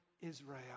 Israel